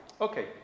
Okay